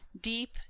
deep